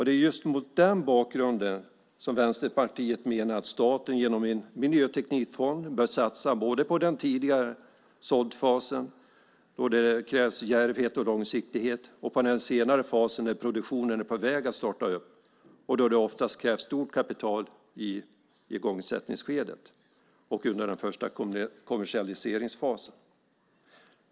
Det är just mot den bakgrunden som Vänsterpartiet menar att staten genom en miljö och teknikfond bör satsa både på den tidigare såddfasen, då det krävs djärvhet och långsiktighet, och på den senare fasen när produktionen är på väg att starta och det oftast krävs stort kapital i igångsättningsskedet och under den första kommersialiseringsfasen.